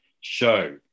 show